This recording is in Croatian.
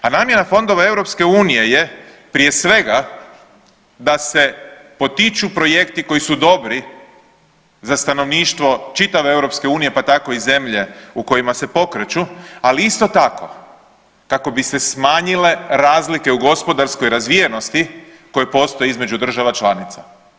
A namjena fondova EU je prije svega da se potiču projekti koji su dobri za stanovništvo čitave EU pa tako i zemlje u kojima se pokreću, ali isto tako kako bi se smanjile razlike u gospodarskoj razvijenosti koje postoji između država članica.